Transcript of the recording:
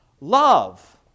Love